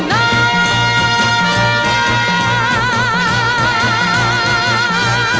r